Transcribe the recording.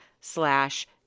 slash